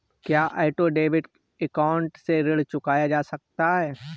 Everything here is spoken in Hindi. क्या ऑटो डेबिट अकाउंट से ऋण चुकाया जा सकता है?